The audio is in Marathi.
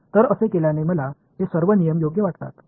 तर असे केल्याने मला हे सर्व नियम योग्य वाटतात